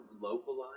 localized